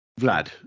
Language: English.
Vlad